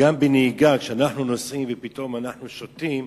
גם בנהיגה, אם אנחנו נוסעים ופתאום אנחנו שותים,